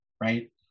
right